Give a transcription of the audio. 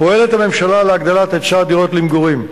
פועלת הממשלה להגדלת היצע הדירות למגורים.